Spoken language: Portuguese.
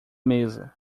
mesa